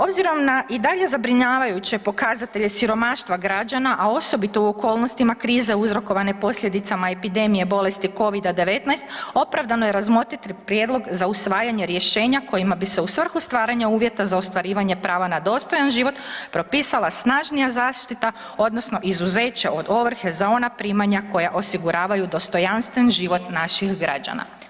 Obzirom na i dalje zabrinjavajuće pokazatelje siromaštva građana, a osobito u okolnostima krize uzrokovane posljedicama epidemije bolesti Covida-19, opravdano je razmotriti prijedlog za usvajanje rješenje kojima bi se u svrhu stvaranja uvjeta za ostvarivanje prava na dostojan život, propisala snažnija zaštita, odnosno izuzeće od ovrhe za ona primanja koja osiguravaju dostojanstven život naših građana.